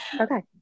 Okay